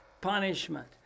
punishment